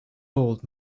old